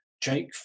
Jake